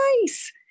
nice